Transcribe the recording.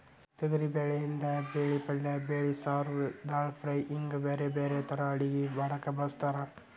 ತೊಗರಿಬ್ಯಾಳಿಯಿಂದ ಬ್ಯಾಳಿ ಪಲ್ಲೆ ಬ್ಯಾಳಿ ಸಾರು, ದಾಲ್ ಫ್ರೈ, ಹಿಂಗ್ ಬ್ಯಾರ್ಬ್ಯಾರೇ ತರಾ ಅಡಗಿ ಮಾಡಾಕ ಬಳಸ್ತಾರ